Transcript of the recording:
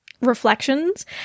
reflections